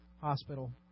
hospital